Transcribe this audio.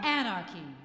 anarchy